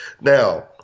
Now –